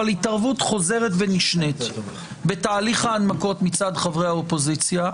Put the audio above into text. אבל התערבות חוזרת ונשנית בתהליך ההנמקות מצד חברי הקואליציה.